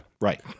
Right